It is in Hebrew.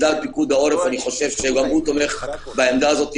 אני חושב שגם פיקוד העורף תומך בעמדה הזאת,